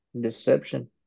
deception